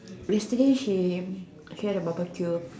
yesterday he she had a barbecue